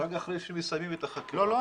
זה רק אחרי שמסיימים את החקירה?